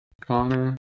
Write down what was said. Connor